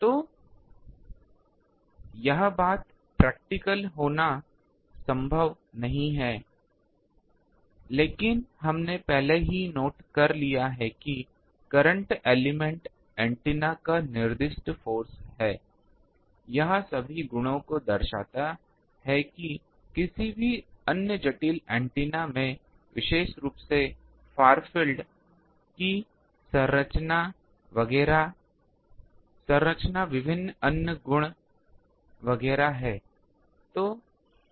तो यह बात प्रैक्टिकल होना संभव नहीं है लेकिन हमने पहले ही नोट कर लिया है कि करंट एलिमेंट एंटेना का निर्दिष्ट फोर्स है यह सभी गुणों को दर्शाता है कि किसी भी अन्य जटिल एंटेना में विशेष रूप से फार फील्ड की संरचना विभिन्न अन्य गुण वगैरह हैं